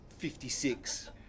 56